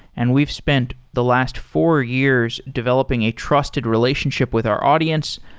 and we've spent the last four years developing a trusted relationship with our audience.